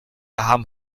haben